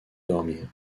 dormir